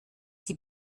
die